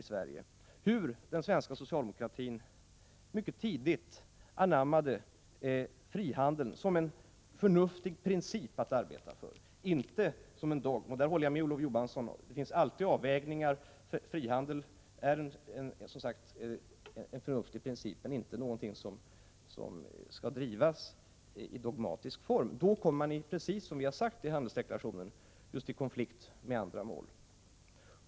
Då kan man se att den svenska socialdemokratin mycket tidigt anammade frihandeln som en förnuftig princip att arbeta efter, inte som en dogm. Här håller jag med Olof Johansson. Det finns alltid avvägningar. Frihandeln är, som sagt, en förnuftig princip men inte någonting som skall drivas i dogmatisk form. Gör man det kommer man, som framhålls i handelsdeklarationen, just i konflikt med andra mål.